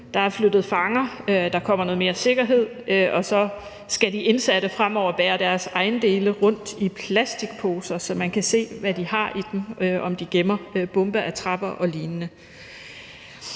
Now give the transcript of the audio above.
Der er flyttet fanger, og der kommer noget mere sikkerhed, og så skal de indsatte fremover bære deres ejendele i plastikposer, så man kan se, hvad de har i dem, om de gemmer bombeattrapper og lignende.